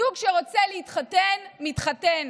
זוג שרוצה להתחתן, מתחתן,